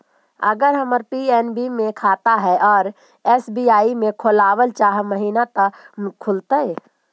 अगर हमर पी.एन.बी मे खाता है और एस.बी.आई में खोलाबल चाह महिना त का खुलतै?